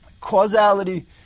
Causality